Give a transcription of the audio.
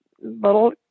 little